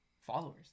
followers